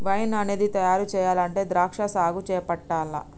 wine అనేది తయారు చెయ్యాలంటే ద్రాక్షా సాగు చేపట్టాల్ల